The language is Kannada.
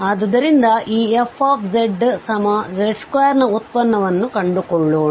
ಆದ್ದರಿಂದ ಈ fzz2ನ ಉತ್ಪನ್ನವನ್ನು ಕಂಡುಕೊಳ್ಳೋಣ